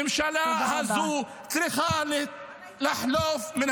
הממשלה הזו צריכה לחלוף מן העולם.